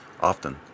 often